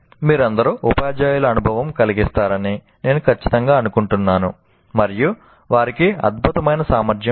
మీరందరూ ఉపాధ్యాయుల అనుభవం కలిగిస్తారని నేను ఖచ్చితంగా అనుకుంటున్నాను మరియు వారికి అద్భుతమైన సామర్థ్యం ఉంది